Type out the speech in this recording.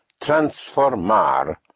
transformar